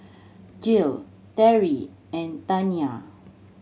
Gil Terrie and Taniyah